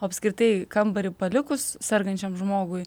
apskritai kambarį palikus sergančiam žmogui